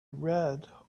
read